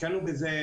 השקענו בזה